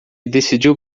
decidiu